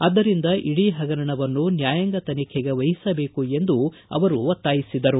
ಆದ್ದರಿಂದ ಇಡೀ ಹಗರಣವನ್ನು ನ್ಯಾಯಾಂಗ ತನಿಖೆಗೆ ವಹಿಸಬೇಕು ಎಂದು ಅವರು ಒತ್ತಾಯಿಸಿದರು